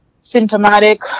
symptomatic